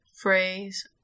phrase